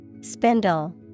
Spindle